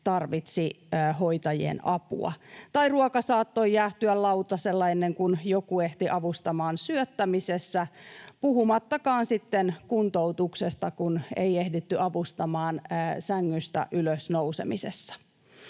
tarvitsi hoitajien apua, tai ruoka saattoi jäähtyä lautasella ennen kuin joku ehti avustamaan syöttämisessä, puhumattakaan sitten kuntoutuksesta, kun ei ehditty avustamaan sängystä ylös nousemisessa.